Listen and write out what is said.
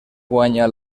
guanya